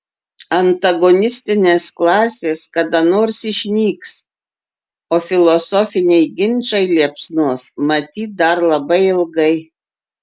antagonistinės klasės kada nors išnyks o filosofiniai ginčai liepsnos matyt dar labai ilgai